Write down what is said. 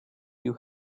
you